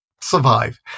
survive